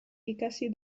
ikasi